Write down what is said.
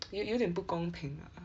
有有点不公平啦啊